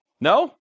No